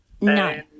No